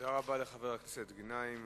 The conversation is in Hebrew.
תודה רבה לחבר הכנסת גנאים,